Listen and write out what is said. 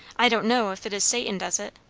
i don't know if it is satan does it,